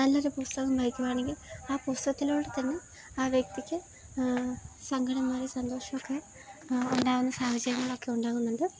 നല്ലൊരു പുസ്തകം വായിക്കുകയാണെങ്കില് ആ പുസ്തകത്തിലൂടെ തന്നെ ആ വ്യക്തിക്ക് സങ്കടം മാറി സന്തോഷമൊക്കെ ഉണ്ടാകുന്ന സാഹചര്യങ്ങളൊക്കെ ഉണ്ടാകുന്നുണ്ട്